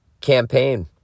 campaign